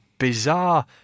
bizarre